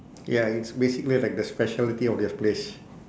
ya it's basically like the speciality of this place